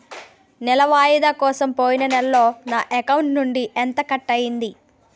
నెల వాయిదా కోసం పోయిన నెలలో నా అకౌంట్ నుండి ఎంత కట్ అయ్యింది?